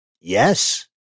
yes